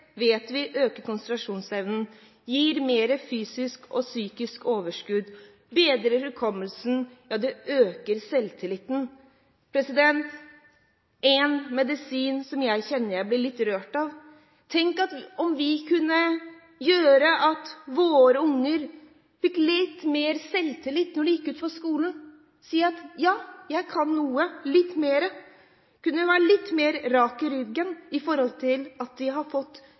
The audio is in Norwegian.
vet at fysisk aktivitet øker konsentrasjonsevnen, gir mer fysisk og psykisk overskudd, bedrer hukommelsen og øker selvtilliten. Dette er en medisin som jeg kjenner jeg blir litt rørt av. Tenk om vi kunne gjøre noe, slik at våre unger får litt mer selvtillit når de går ut av skolen? Noe som gjør at de litt oftere sier: Ja, jeg kan noe! Fysisk aktivitet kunne være det som gjorde dem litt rakere i ryggen.